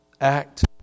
Act